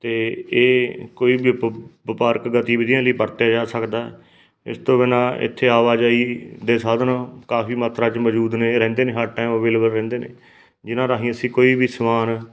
ਅਤੇ ਇਹ ਕੋਈ ਵੀ ਵਪਾਰਕ ਗਤੀਵਿਧੀਆਂ ਲਈ ਵਰਤਿਆ ਜਾ ਸਕਦਾ ਇਸ ਤੋਂ ਬਿਨਾਂ ਇੱਥੇ ਆਵਾਜਾਈ ਦੇ ਸਾਧਨ ਕਾਫੀ ਮਾਤਰਾ 'ਚ ਮੌਜੂਦ ਨੇ ਰਹਿੰਦੇ ਨੇ ਹਰ ਟਾਈਮ ਅਵੇਲੇਬਲ ਰਹਿੰਦੇ ਨੇ ਜਿਨਾਂ ਰਾਹੀਂ ਅਸੀਂ ਕੋਈ ਵੀ ਸਮਾਨ